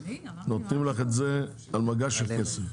נותנים לך את זה על מגש של כסף.